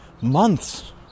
months